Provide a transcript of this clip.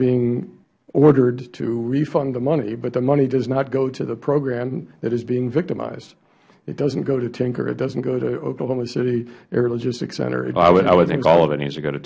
being ordered to refund the money but the money does not go to the program that is being victimized it doesnt go to tinker it doesnt go to oklahoma city air logistics center mister lankford i would think all of it needs to go to